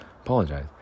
Apologize